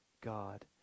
God